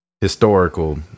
historical